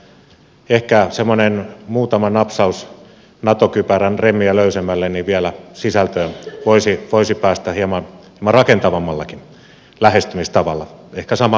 mutta ehkä muutama napsaus nato kypärän remmiä löysemmälle niin vielä sisältöön voisi päästä hieman rakentavammallakin lähestymistavalla ehkä samaan lopputulokseen jota haette